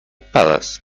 palace